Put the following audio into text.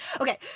Okay